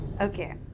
Okay